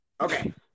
Okay